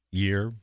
year